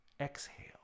Exhale